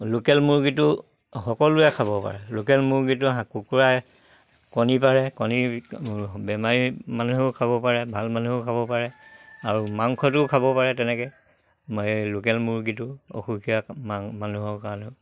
local মুৰ্গীটো সকলোৱে খাব পাৰে লোকেল মুৰ্গীটো কুকুৰাই কণী পাৰে কণী বেমাৰী মানুহেও খাব পাৰে ভাল মানুহেও খাব পাৰে আৰু মাংসটোও খাব পাৰে তেনেকে এই লোকেল মুৰ্গীটো অসুখীয়া মানুহৰ কাৰণেও